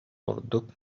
ордук